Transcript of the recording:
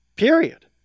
Period